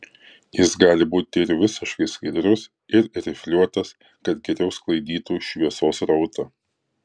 jis gali būti ir visiškai skaidrus ir rifliuotas kad geriau sklaidytų šviesos srautą